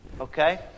Okay